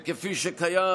וכפי שקיים,